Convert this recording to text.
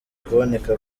kuboneka